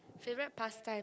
favorite pastime